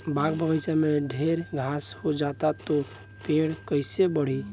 बाग बगइचा में ढेर घास हो जाता तो पेड़ कईसे बढ़ी